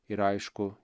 ir aišku